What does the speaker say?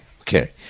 Okay